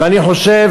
ואני חושב